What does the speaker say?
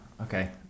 okay